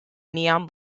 neon